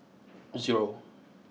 zero